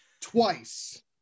twice